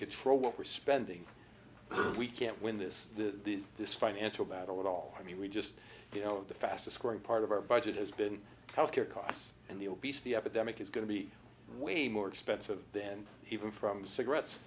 control what we're spending we can't win this these this financial battle at all i mean we just you know the fastest growing part of our budget has been health care costs and the obesity epidemic is going to be way more expensive then even from cigarettes